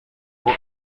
ngo